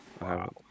Wow